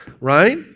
right